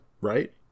right